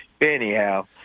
Anyhow